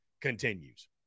continues